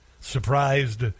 surprised